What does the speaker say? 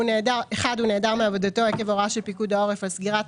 הוא נעדר מעבודתו עקב הוראה של פיקוד העורף על סגירת